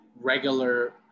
regular